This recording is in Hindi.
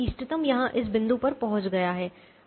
इष्टतम यहाँ इस बिंदु पर पहुँच गया है